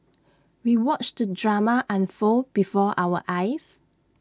we watched the drama unfold before our eyes